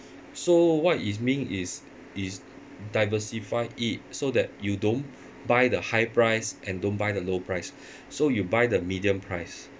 so what is mean is is diversify it so that you don't buy the high price and don't buy the low price so you buy the medium price